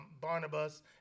Barnabas